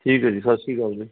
ਠੀਕ ਹੈ ਜੀ ਸਤਿ ਸ਼੍ਰੀ ਅਕਾਲ ਜੀ